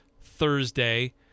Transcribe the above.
Thursday